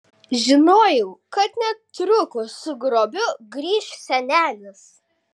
žinojau kad netrukus su grobiu grįš senelis